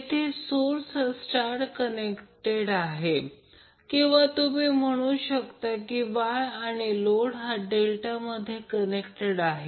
तेथे सोर्स हा स्टार मध्ये कनेक्टेड आहे किंवा तुम्ही म्हणू शकता की Y आणि लोड हा डेल्टा मध्ये कनेक्टेड आहे